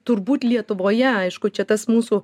turbūt lietuvoje aišku čia tas mūsų